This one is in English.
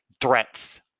threats